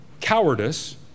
cowardice